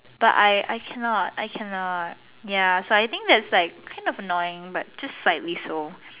but I cannot I cannot ya so I think it's kind of annoying but just slightly so